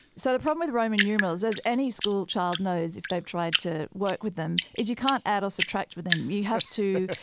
so the problem with roman numerals, as any school child knows if they've tried to work with them, is you can't add or subtract with them. you have to